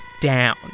down